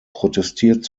protestiert